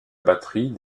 batterie